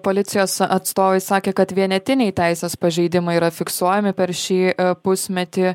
policijos atstovai sakė kad vienetiniai teisės pažeidimai yra fiksuojami per šį pusmetį